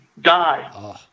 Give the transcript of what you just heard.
die